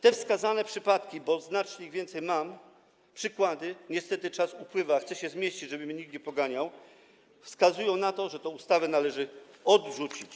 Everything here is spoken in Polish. Te wskazane przypadki, bo znacznie więcej ich mam, przykłady - niestety czas upływa, a chcę się zmieścić, żeby mnie nikt nie poganiał - wskazują na to, że tę ustawę należy odrzucić.